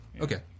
Okay